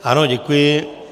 Ano, děkuji.